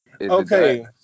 Okay